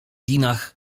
dinah